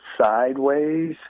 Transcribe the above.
sideways